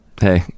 Hey